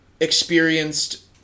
experienced